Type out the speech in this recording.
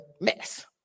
mess